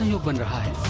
and open your eyes.